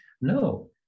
No